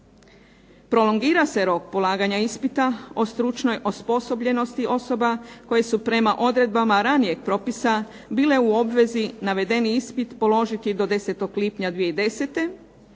Prolongira se rok polaganja ispita o stručnoj osposobljenosti osoba koje su prema odredbama ranijeg propisa bile u obvezi navedeni ispit položiti do 10. lipnja 2010.